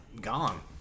gone